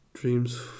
Dreams